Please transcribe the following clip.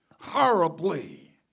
horribly